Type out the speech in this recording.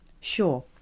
Sure